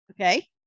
Okay